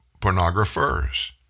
pornographers